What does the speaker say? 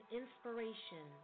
inspiration